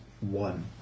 one